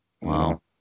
Wow